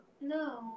No